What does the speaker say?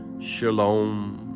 Shalom